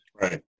Right